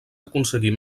aconseguir